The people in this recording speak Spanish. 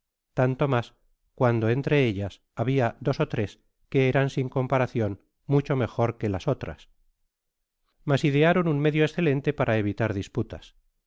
tanto mas cuanto entre ellas habia dos ó tres que eran sin comparacion mucho mejores que las otras mas idearon un medio escelente para evitar disputas